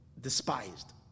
despised